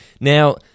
Now